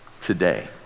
today